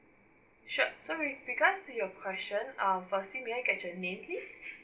sure so with regards to your question um firstly may I get your name please